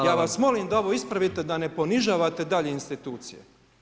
Ja vas molim da ovo ispravite da ne ponižavate dalje institucije.